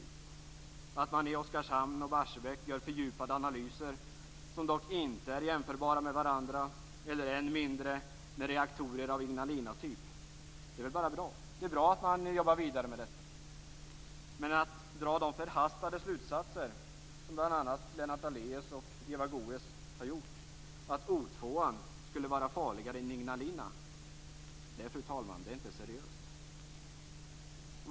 Man har i Oskarshamn och Barsebäck gjort fördjupande analyser som dock inte är jämförbara med varandra eller än mindre med analyser för reaktorer av Ignalinatyp. Det är bra att man jobbar vidare med detta. Men att dra de förhastade slutsatser som bl.a. Lennart Daléus och Eva Goës har gjort att O 2:an skulle vara farligare än Ignalina är, fru talman, inte seriöst.